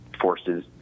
forces